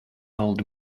old